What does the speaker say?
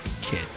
kid